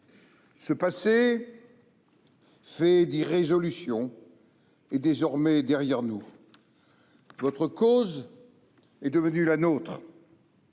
Ce passé, fait d'irrésolutions, est désormais derrière nous. Votre cause est devenue la nôtre,